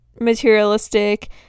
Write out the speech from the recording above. materialistic